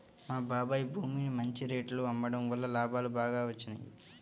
మా బాబాయ్ భూమిని మంచి రేటులో అమ్మడం వల్ల లాభాలు బాగా వచ్చినియ్యి